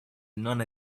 none